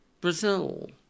Brazil